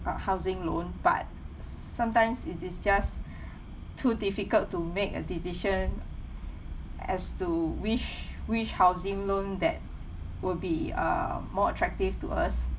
a housing loan but sometimes it is just too difficult to make a decision as to which which housing loan that will be uh more attractive to us